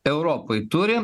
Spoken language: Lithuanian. europai turi